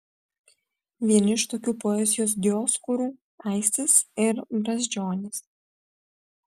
vieni iš tokių poezijos dioskūrų aistis ir brazdžionis